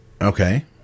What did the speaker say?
Okay